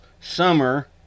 summer